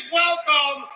welcome